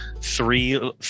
three